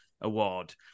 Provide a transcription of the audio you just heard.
Award